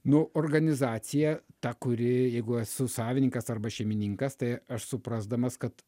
nu organizacija ta kuri jeigu esu savininkas arba šeimininkas tai aš suprasdamas kad